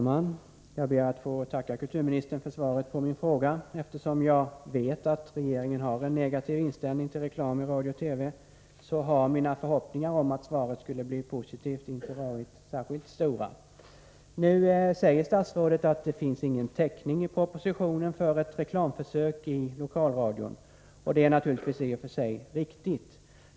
Herr talman! Jag ber att få tacka kulturministern för svaret på min fråga. Eftersom jag vet att regeringen har en negativ inställning till reklam i radio-TV så har mina förhoppningar om att svaret skulle bli positivt inte varit särskilt stora. Nu säger statsrådet att det i propositionen inte finns någon täckning för ett reklamförsök i lokalradion. Detta är naturligtvis i och för sig riktigt.